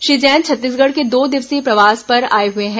श्री जैन छत्तीसगढ़ के दो दिवसीय प्रवास पर आए हुए हैं